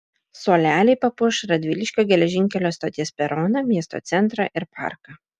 suoleliai papuoš radviliškio geležinkelio stoties peroną miesto centrą ir parką